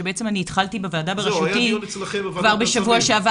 שבעצם אני התחלתי בוועדה בראשותי כבר בשבוע שעבר.